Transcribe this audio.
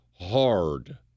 hard